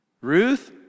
Ruth